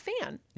fan